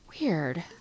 weird